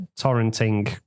torrenting